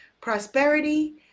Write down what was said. prosperity